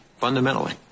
fundamentally